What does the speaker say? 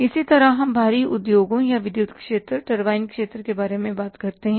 इसी तरह हम भारी उद्योगों या विद्युत क्षेत्र टर्बाइन क्षेत्र के बारे में बात करते हैं